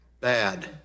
bad